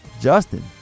Justin